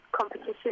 competition